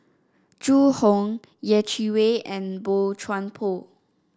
Zhu Hong Yeh Chi Wei and Boey Chuan Poh